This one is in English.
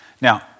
Now